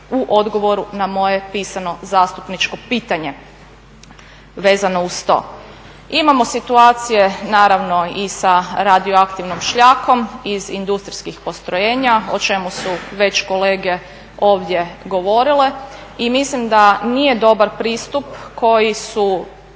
u odgovoru na moje pisano zastupničko pitanje vezano uz to. Imamo situacije naravno i sa radioaktivnom šljakom iz industrijskih postrojenja, o čemu su već kolege ovdje govorile i mislim da nije dobar pristup koji su